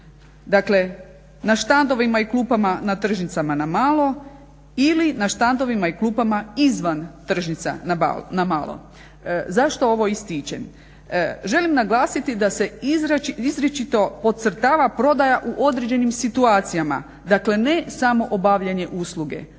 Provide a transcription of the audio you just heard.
Dakle, na štandovima i klupama na tržnicama na malo ili na štandovima i klupama izvan tržnica na malo. Zašto ovo ističem. Želim naglasiti da se izričito podcrtava prodaja u određenim situacijama. Dakle ne samo obavljanje usluge,